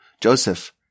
Joseph